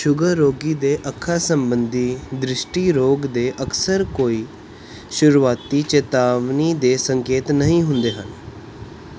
sugar ਰੋਗੀ ਦੇ ਅੱਖਾਂ ਸੰਬੰਧੀ ਦ੍ਰਿਸ਼ਟੀ ਰੋਗ ਦੇ ਅਕਸਰ ਕੋਈ ਸ਼ੁਰੂਆਤੀ ਚੇਤਾਵਨੀ ਦੇ ਸੰਕੇਤ ਨਹੀਂ ਹੁੰਦੇ ਹਨ